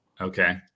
Okay